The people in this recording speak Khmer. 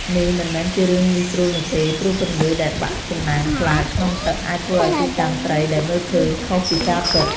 នេះមិនមែនជារឿងងាយស្រួលនោះទេ ព្រោះពន្លឺដែលបាក់ចំណាំងផ្លាតក្នុងទឹកអាចធ្វើឲ្យទីតាំងត្រីដែលមើលឃើញខុសពីការពិត។